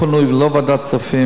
לא ועדת כספים,